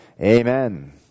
Amen